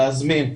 להזמין,